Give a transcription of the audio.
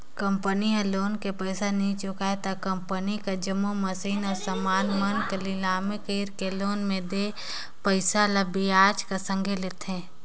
company ह loan के पइसा नी चुकाय त कंपनी कर जम्मो मसीन अउ समान मन कर लिलामी कइरके लोन में देय पइसा ल बियाज कर संघे लेथे